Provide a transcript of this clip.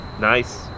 nice